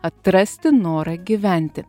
atrasti norą gyventi